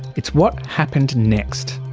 it's what happened next.